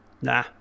nah